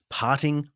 parting